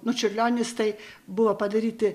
nu čiurlionis tai buvo padaryti